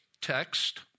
text